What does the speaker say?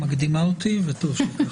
את מקדימה אותי וטוב שכך.